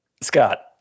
Scott